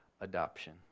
adoption